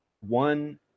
one